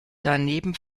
daneben